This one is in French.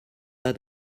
pas